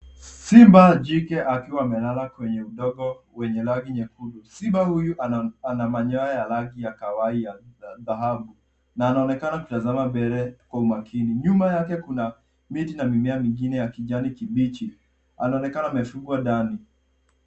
Simba jike akiwa amelala kwenye udogo wenye rangi nyekundu. Simba huyu ana manyoya ya rangi ya kahawai dhahabu na anaonekana kutazama mbele kwa umakini. Nyuma yake kuna miti na mimea mingine ya kijani kibichi. Anaonekana amefugwa ndani.